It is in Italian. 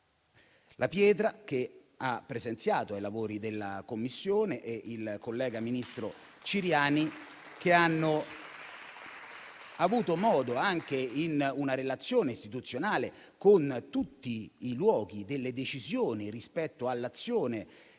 La Pietra, che ha presenziato ai lavori della Commissione, e il collega ministro Ciriani, che hanno avuto anche una relazione istituzionale con tutti i luoghi delle decisioni rispetto all'azione che